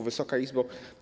Wysoka Izbo!